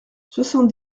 soixante